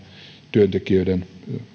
työntekijöiden